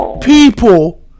people